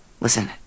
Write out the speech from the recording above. Listen